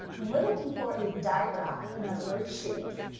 and we're looking for a diagraph in our word shapes.